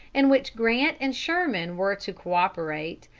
in which grant and sherman were to co-operate,